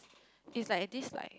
is like a dislike